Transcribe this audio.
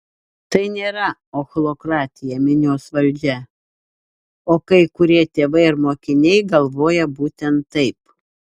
tai nėra ochlokratija minios valdžia o kai kurie tėvai ir mokiniai galvoja būtent taip